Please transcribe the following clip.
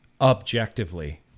objectively